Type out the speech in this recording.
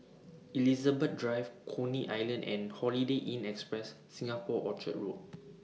Elizabeth Drive Coney Island and Holiday Inn Express Singapore Orchard Road